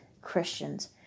Christians